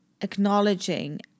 acknowledging